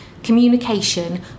communication